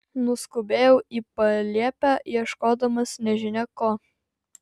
nuskubėjau į palėpę ieškodamas nežinia ko